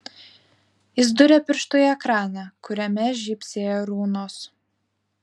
jis dūrė pirštu į ekraną kuriame žybsėjo runos